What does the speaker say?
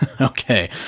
Okay